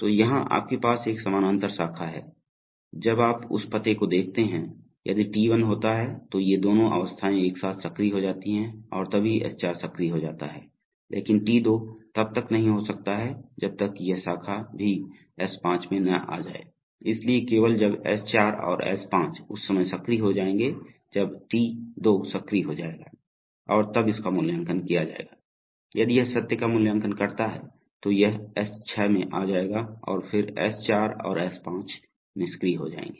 तो यहाँ आपके पास एक समानांतर शाखा है जब आप उस पते को देखते हैं यदि T1 होता है तो ये दोनों अवस्थाएँ एक साथ सक्रिय हो जाती हैं और तभी S4 सक्रिय हो जाता है लेकिन T2 तब तक नहीं हो सकता जब तक कि यह शाखा भी S5 में न आ जाए इसलिए केवल जब S4 और S5 उस समय सक्रिय हो जाएंगे जब T2 सक्रिय हो जाएगा और तब इसका मूल्यांकन किया जाएगा यदि यह सत्य का मूल्यांकन करता है तो यह S6 में आ जाएगा और फिर S4 और S5 निष्क्रिय हो जाएंगे